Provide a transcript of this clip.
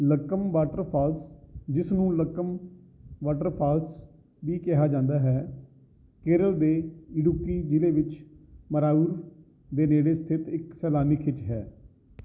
Lakkam waterfalls ਜਿਸ ਨੂੰ Lakkam waterfalls ਵੀ ਕਿਹਾ ਜਾਂਦਾ ਹੈ ਕੇਰਲ ਦੇ ਇਡੁੱਕੀ ਜ਼ਿਲ੍ਹੇ ਵਿੱਚ ਮਰਾਯੂਰ ਦੇ ਨੇੜੇ ਸਥਿਤ ਇੱਕ ਸੈਲਾਨੀ ਖਿੱਚ ਹੈ